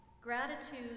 Gratitude